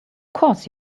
course